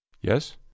Yes